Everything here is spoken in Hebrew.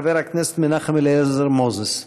חבר הכנסת מנחם אליעזר מוזס.